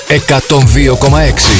102.6